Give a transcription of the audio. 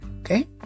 Okay